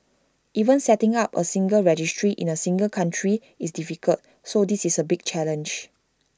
even setting up A single registry in A single country is difficult so this is A big challenge